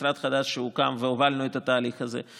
משרד חדש שהוקם והוביל את התהליך הזה,